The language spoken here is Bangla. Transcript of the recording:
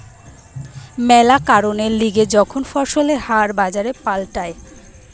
ম্যালা কারণের লিগে যখন ফসলের হার বাজারে পাল্টায়